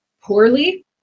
poorly